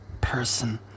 person